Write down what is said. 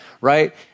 right